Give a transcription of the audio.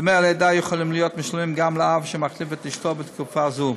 דמי הלידה יכולים להיות משולמים גם לאב שמחליף את אשתו בתקופה זו.